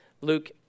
Luke